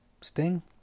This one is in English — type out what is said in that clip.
Sting